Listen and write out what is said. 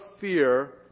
fear